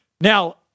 Now